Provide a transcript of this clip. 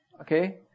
okay